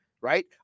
right